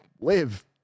live